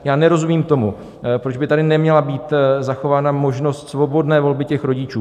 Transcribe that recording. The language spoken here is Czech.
Já nerozumím tomu, proč by tady neměla být zachována možnost svobodné volby těch rodičů.